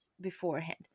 beforehand